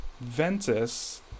Ventus